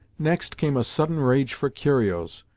next came a sudden rage for curios,